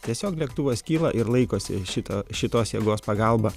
tiesiog lėktuvas kyla ir laikosi šito šitos jėgos pagalba